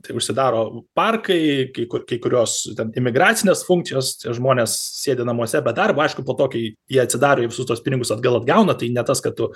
tai užsidaro parkai kai kur kai kurios ten imigracinės funkcijos žmonės sėdi namuose be darbo aišku po to kai jie atsidaro ir visus tuos pinigus atgal atgauna tai ne tas kad tu